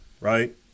right